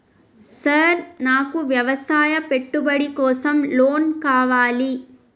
Sir నాకు వ్యవసాయ పెట్టుబడి కోసం లోన్ కావాలి?